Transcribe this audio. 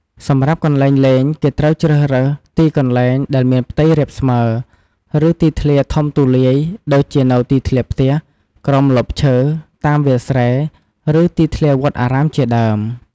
សម្រាប់់កន្លែងលេងគេត្រូវជ្រើរើសទីកន្លែងដែលមានផ្ទៃរាបស្មើ ឬទីធ្លាធំទូលាយ ដូចជានៅទីធ្លាផ្ទះ ក្រោមម្លប់ឈើ តាមវាលស្រែ ឬទីធ្លាវត្តអារាមជាដើម។